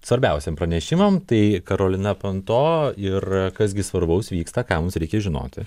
svarbiausiam pranešimam tai karolina panto ir kas gi svarbaus vyksta ką mums reikia žinoti